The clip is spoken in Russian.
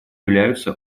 являются